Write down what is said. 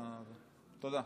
תודה.